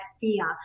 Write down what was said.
fear